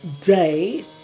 day